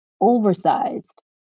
oversized